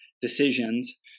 decisions